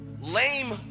lame